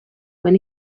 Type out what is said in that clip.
when